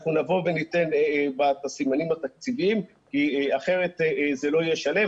אנחנו נבוא וניתן בה את הסימנים התקציביים כי אחרת זה לא יהיה שלם.